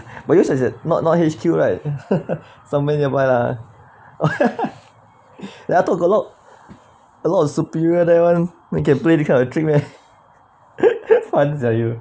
but yours was at not not H_Q right somewhere nearby lah then I talk a lot a lot of superior there [one] then can play this kind of trick meh fun sia you